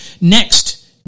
Next